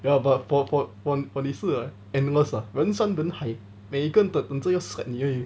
well but for for for for 你是 ah endless ah 人山人海每个人等着要 slap 你而已